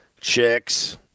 chicks